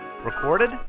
Recorded